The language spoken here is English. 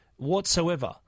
whatsoever